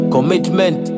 Commitment